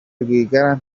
rwigara